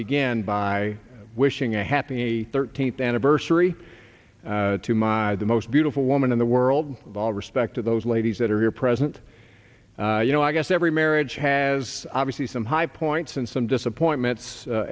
begin by wishing a happy a thirteenth anniversary to my the most beautiful woman in the world of all respect to those ladies that are here present you know i guess every marriage has obviously some high points and some disappointments